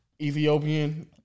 Ethiopian